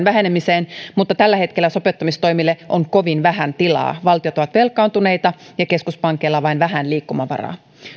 vähenemiseen mutta tällä hetkellä sopeuttamistoimille on kovin vähän tilaa valtiot ovat velkaantuneita ja keskuspankeilla vain vähän liikkumavaraa